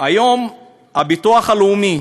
היום הביטוח הלאומי